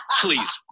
Please